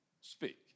speak